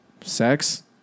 sex